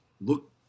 look